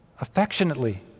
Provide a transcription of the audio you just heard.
affectionately